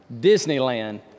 Disneyland